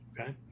Okay